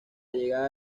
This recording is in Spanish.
llegada